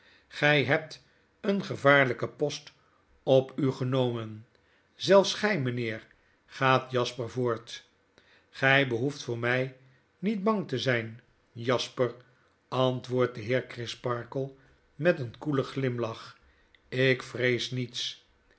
gij hebt een gevaarlyken post op u genomen zelfs gy mynheer gaat jasper voort gy behoeft voor my niet bang te zyn jasper antwoordt de heer crisparkle met een koelen glimlach jk vrees niets